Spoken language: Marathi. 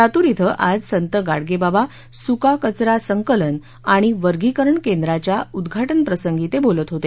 लातूर इथं आज संत गाडगेबाबा सुका कचरा संकलन आणि वर्गीकरण केंद्राच्या उद्घाटनप्रसंगी ते बोलत होते